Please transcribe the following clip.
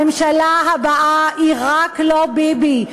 הממשלה הבאה היא רק לא ביבי.